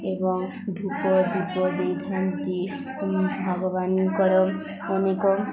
ଏବଂ ଧୂପ ଦୀପ ଦେଇଥାନ୍ତି ଭଗବାନଙ୍କର ଅନେକ